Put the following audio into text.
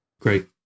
Great